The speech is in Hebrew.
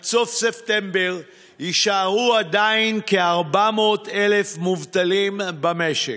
עד סוף ספטמבר יישארו עדיין כ-400,000 מובטלים במשק.